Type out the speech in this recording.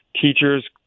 Teachers